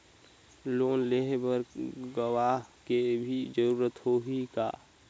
Loan लेहे बर गवाह के भी जरूरत होही का?